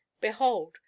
behold